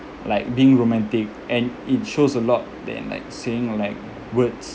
like being romantic and it shows a lot than like saying like words